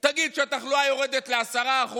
תגיד: כשהתחלואה יורדת ל-10%,